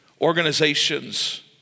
organizations